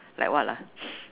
like what ah